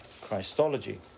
Christology